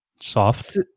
Soft